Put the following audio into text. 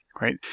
right